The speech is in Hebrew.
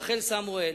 רחל סמואל,